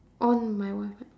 on my wifi